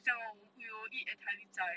是这样 lor we will eat entirely 斋